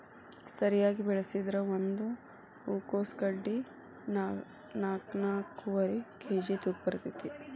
ಸರಿಯಾಗಿ ಬೆಳಸಿದ್ರ ಒಂದ ಹೂಕೋಸ್ ಗಡ್ಡಿ ನಾಕ್ನಾಕ್ಕುವರಿ ಕೇಜಿ ತೂಕ ಬರ್ತೈತಿ